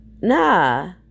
nah